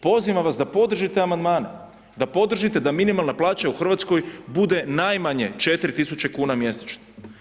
Pozivam vas da podržite amandmane, da podržite da minimalna plaća u Hrvatskoj bude najmanje 4.000 kuna mjesečno.